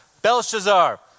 Belshazzar